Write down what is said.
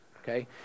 okay